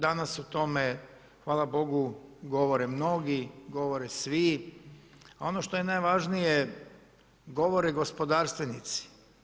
Danas o tome, hvala bogu, govore mnogi, govore svi a ono što je najvažnije, govore gospodarstvenici.